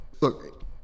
look